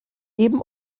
eben